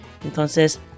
Entonces